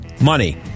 money